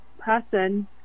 person